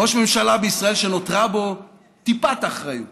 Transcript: ראש ממשלה בישראל שנותרה בו טיפת אחריות